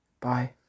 Bye